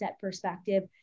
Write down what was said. perspective